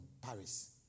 Paris